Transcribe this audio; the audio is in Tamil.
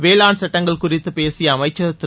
வேளாண் சுட்டங்கள் குறித்துப் பேசிய அமைச்சர் திரு